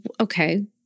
okay